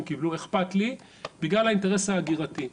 קיבלו ואיכפת לי בגלל האינטרס ההגירתי.